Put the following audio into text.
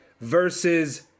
versus